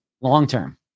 long-term